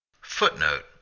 footnote